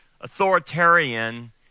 authoritarian